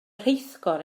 rheithgor